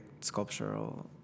sculptural